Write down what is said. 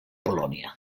polònia